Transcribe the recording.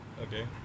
Okay